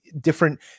different